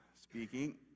speaking